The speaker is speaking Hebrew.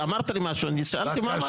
אמרת לי משהו, אני שאלתי מה אמרת.